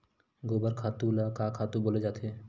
गोबर खातु ल का खातु बोले जाथे?